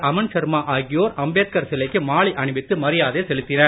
அமன்சர்மா ஆகியோர் அம்பேத்கார் சிலைக்கு மாலை அணிவித்து மரியாதை செலுத்தினர்